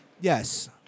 Yes